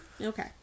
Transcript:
Okay